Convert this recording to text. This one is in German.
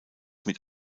mit